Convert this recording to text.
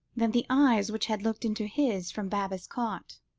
than the eyes which had looked into his from baba's cot.